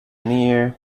near